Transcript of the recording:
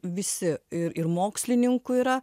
visi ir ir mokslininkų yra